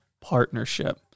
partnership